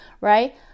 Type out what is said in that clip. right